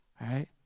right